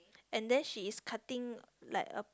and then she is cutting like a